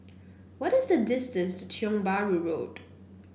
what is the distance to Tiong Bahru Road